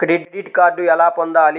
Credit card ఎలా పొందాలి?